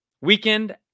weekend